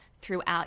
throughout